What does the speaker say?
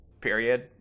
period